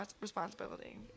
responsibility